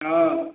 ହଁ